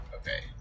Okay